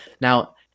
Now